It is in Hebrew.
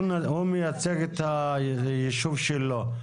הוא מייצג את היישוב שלו.